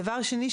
דבר שני,